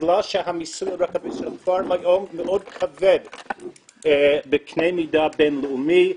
בגלל שהמיסוי כבר היום מאוד כבד בקנה מידה בינלאומי,